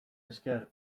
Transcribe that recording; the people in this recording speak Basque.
esker